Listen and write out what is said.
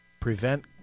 prevent